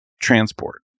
transport